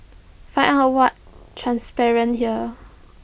find out what transpired here